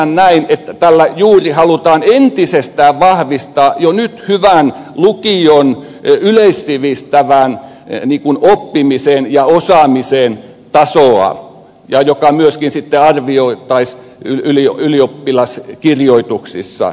ymmärrän näin että tällä juuri halutaan entisestään vahvistaa jo nyt hyvän lukion yleissivistävän oppimisen ja osaamisen tasoa joka myöskin sitten arvioitaisiin ylioppilaskirjoituksissa